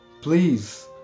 please